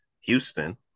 Houston